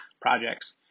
projects